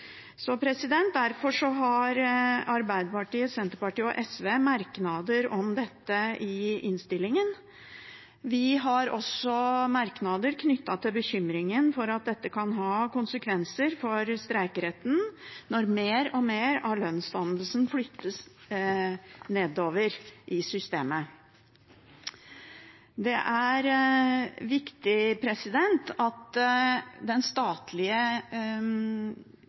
Derfor har Arbeiderpartiet, Senterpartiet og SV merknader om dette i innstillingen. Vi har også merknader knyttet til bekymringen for at dette kan ha konsekvenser for streikeretten, når mer og mer av lønnsdannelsen flyttes nedover i systemet. Det er viktig at den statlige